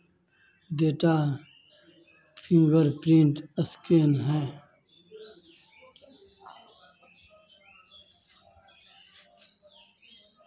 data fingerprint scan है